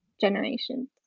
generations